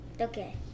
Okay